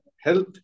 health